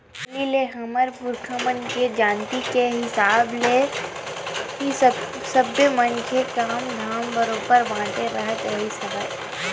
पहिलीच ले हमर पुरखा मन के जानती के हिसाब ले ही सबे मनखे के काम धाम ह बरोबर बटे राहत रिहिस हवय